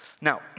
Now